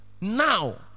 now